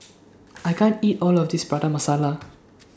I can't eat All of This Prata Masala